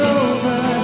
over